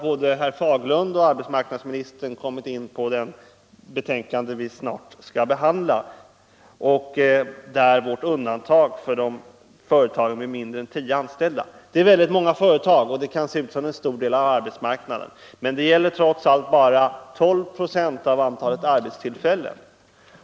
Både herr Fagerlund och arbetsmarknadsministern har kommit in på det betänkande som vi snart skall behandla och där gjort undantag för företag med mindre än tio anställda. Det är väldigt många företag. och det kan se ut som en stor del av arbetsmarknaden. Men trots allt gäller det bara 12 26 av antalet arbetstillfällen.